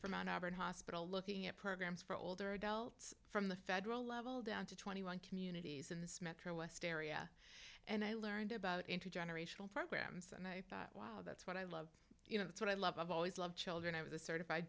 from an auburn hospital looking at programs for older adults from the federal level down to twenty one communities in this metro west area and i learned about intergenerational programs and i that's what i love you know that's what i love i've always loved children i was a certified